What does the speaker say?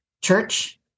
church